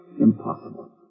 Impossible